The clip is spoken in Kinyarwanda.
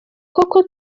koko